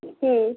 হুম